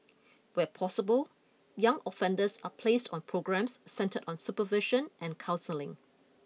where possible young offenders are placed on programmes centred on supervision and counselling